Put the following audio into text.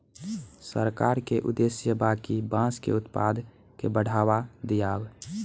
सरकार के उद्देश्य बा कि बांस के उत्पाद के बढ़ावा दियाव